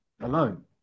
alone